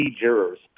jurors